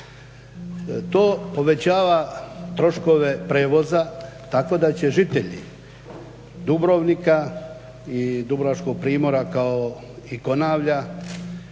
To povećava troškove prijevoza tako da će žitelji Dubrovnika i dubrovačkog primorja kao i Konavla